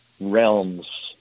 realms